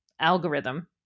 algorithm